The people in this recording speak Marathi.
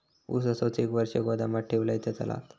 ऊस असोच एक वर्ष गोदामात ठेवलंय तर चालात?